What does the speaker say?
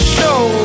Show